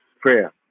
prayer